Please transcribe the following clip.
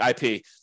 IP